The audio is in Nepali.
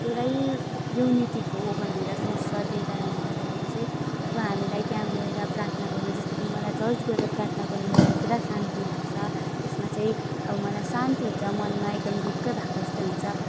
एउटै युनिटिको हो भनेर सोच्छ त्यही कारणले गर्दाखेरि चाहिँ अब हामीलाई त्यहाँ गएर प्रार्थना गर्नु जस्तो कि मलाई चर्च गएर प्रार्थना गर्नु मलाई पुरा शान्ति लाग्छ त्यसमा चाहिँ अब मलाई शान्ति हुन्छ मनमा एकदम ढुक्क भएको जस्तै हुन्छ